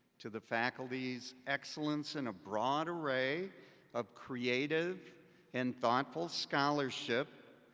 to the faculty's excellence in a broad array of creative and thoughtful scholorship,